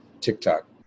TikTok